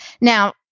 Now